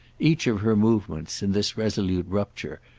each of her movements, in this resolute rupture,